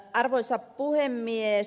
arvoisa puhemies